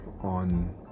on